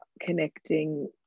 connecting